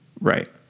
right